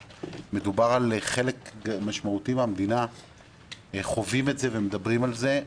מדובר על חלק משמעותי מן המדינה שחווים את זה ומדברים על זה.